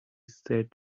said